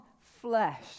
flesh